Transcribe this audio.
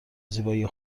زیبایی